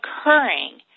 occurring